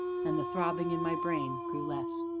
and the throbbing in my brain grew less.